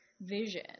vision